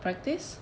practice